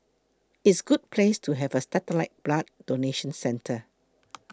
it's good place to have a satellite blood donation centre